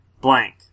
blank